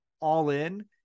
All-In